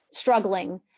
struggling